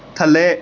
ਥੱਲੇ